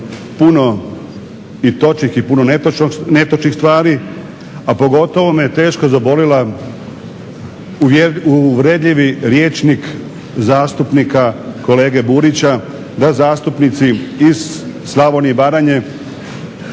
puno i točnih i puno netočnih stvari, a pogotovo me teško zabolio uvredljivi rječnik zastupnika kolege Burića da zastupnici iz Slavonije i Baranje